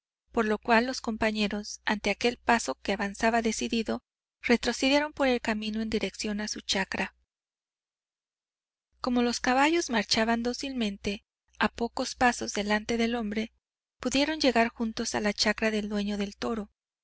por lo cual los compañeros ante aquel paso que avanzaba decidido retrocedieron por el camino en dirección a su chacra como los caballos marchaban dócilmente a pocos pasos delante del hombre pudieron llegar juntos a la chacra del dueño del toro